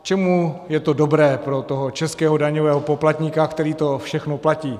K čemu je to dobré pro toho českého daňového poplatníka, který to všechno platí?